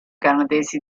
canadesi